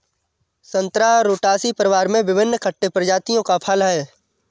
संतरा रुटासी परिवार में विभिन्न खट्टे प्रजातियों का फल है